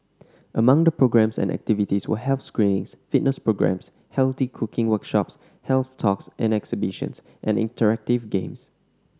among the programmes and activities were health screenings fitness programmes healthy cooking workshops health talks and exhibitions and interactive games